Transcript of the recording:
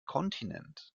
kontinent